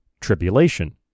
tribulation